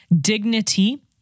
dignity